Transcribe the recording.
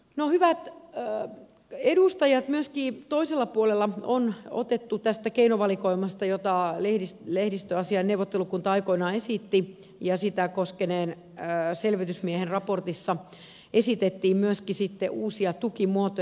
no hyvät edustajat myöskin toisella puolella on otettu tästä keinovalikoimasta jota lehdistöasiain neuvottelukunta aikoinaan esitti ja sitä koskeneen selvitysmiehen raportissa esitettiin myöskin sitten uusia tukimuotoja